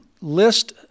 list